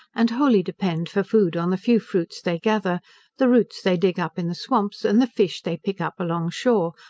and wholly depend for food on the few fruits they gather the roots they dig up in the swamps and the fish they pick up along shore,